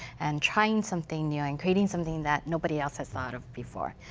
and trying something new and crating something that nobody else had thought of before,